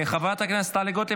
מחר --- חברת הכנסת טלי גוטליב,